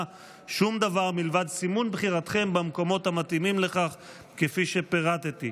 שום דבר מלבד סימון בחירתכם במקומות המתאימים לכך כפי שפירטתי.